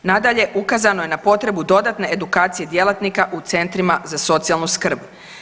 Nadalje, ukazano je na potrebu dodatne edukacije djelatnika u centrima za socijalnu skrb.